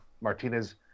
Martinez